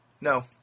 No